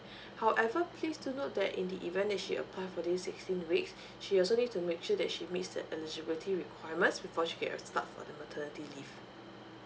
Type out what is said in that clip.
however please do note that in the event that she apply for this sixteen weeks she also needs to make sure that she meets the eligibility requirements before she can start on the maternity leave